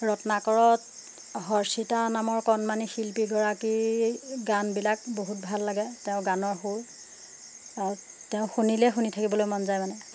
ৰত্নাকৰত হৰ্ষিতা নামৰ কণমানি শিল্পীগৰাকী গানবিলাক বহুত ভাল লাগে তেওঁৰ গানৰ সুৰ তেওঁক শুনিলেই শুনি থাকিবলৈ মন যায় মানে